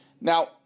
Now